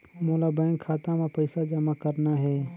मोला बैंक खाता मां पइसा जमा करना हे?